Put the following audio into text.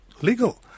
legal